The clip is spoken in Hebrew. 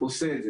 עושה את זה.